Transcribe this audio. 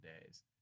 days